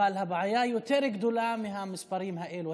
אבל הבעיה יותר גדולה מהמספרים האלה.